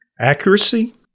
accuracy